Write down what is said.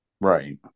Right